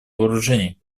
вооружений